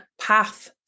path